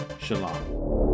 Shalom